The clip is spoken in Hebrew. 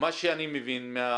שאני מבין,